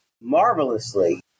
marvelously